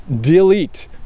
delete